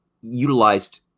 utilized